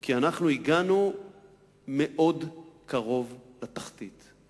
כי אנחנו הגענו קרוב מאוד לתחתית.